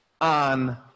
on